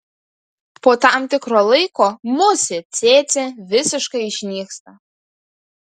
po tam tikro laiko musė cėcė visiškai išnyksta